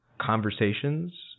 conversations